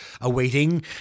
awaiting